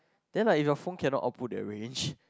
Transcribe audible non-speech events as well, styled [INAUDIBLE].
then like if your phone cannot output that range [BREATH]